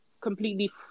completely